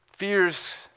Fears